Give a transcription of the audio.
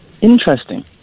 Interesting